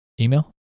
email